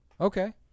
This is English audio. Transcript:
okay